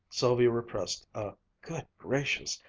sylvia repressed a good gracious!